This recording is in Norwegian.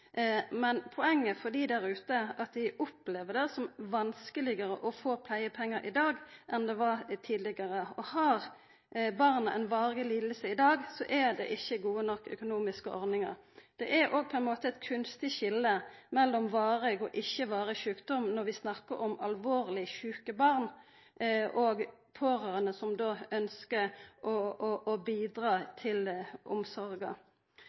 men poenget er at dei der ute opplever det som vanskelegare å få pleiepengar i dag enn det var tidlegare. Har barnet ei varig liding i dag, er det ikkje gode nok økonomiske ordningar. Det er òg på ein måte eit kunstig skilje mellom varig og ikkje varig sjukdom når vi snakkar om alvorleg sjuke barn, og pårørande som då ønskjer å bidra i omsorga.